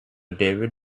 david